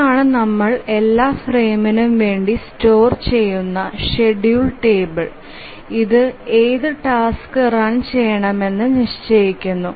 ഇതാണ് നമ്മൾ എല്ലാ ഫ്രെയിംനും വേണ്ടി സ്റ്റോർ ചെയുന്നു ഷ്ഡ്യൂൽ ടേബിൾ ഇതു ഏതു ടാസ്ക് റൺ ചെയുമെന് നിശ്ചയിക്കുന്നു